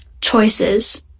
choices